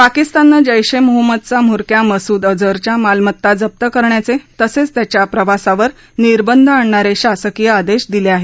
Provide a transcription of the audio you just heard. पाकिस्ताननं जैश ए मोहम्मदचा म्होरक्या मसूद अजहरच्या मालमत्ता जप्त करण्याचे तसंच त्याच्या प्रवासावर निर्बंध आणणारे शासकीय आदेश दिले आहेत